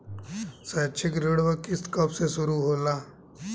शैक्षिक ऋण क किस्त कब से शुरू होला?